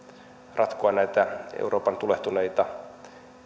ratkoa näitä euroopan tulehtuneita tilanteita